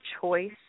choice